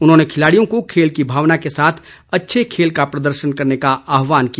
उन्होंने खिलाड़ियों को खेल की भावना के साथ अच्छे खेल का प्रदर्शन करने का आहवान किया